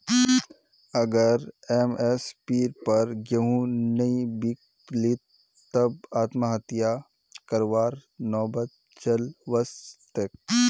अगर एम.एस.पीर पर गेंहू नइ बीक लित तब आत्महत्या करवार नौबत चल वस तेक